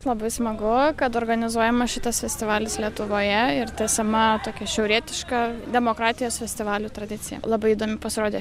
labai smagu kad organizuojama šitas festivalis lietuvoje ir tęsiama tokia šiaurietiška demokratijos festivalių tradicija labai įdomi pasirodė